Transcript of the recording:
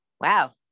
Wow